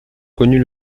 connut